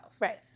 Right